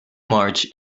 march